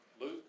Luke